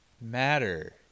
matter